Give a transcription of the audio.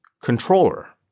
controller